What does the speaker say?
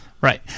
Right